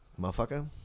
motherfucker